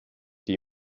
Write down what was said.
die